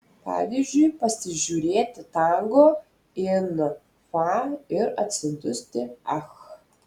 pavyzdžiui pasižiūrėti tango in fa ir atsidusti ach